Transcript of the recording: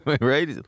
right